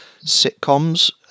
sitcoms